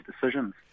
decisions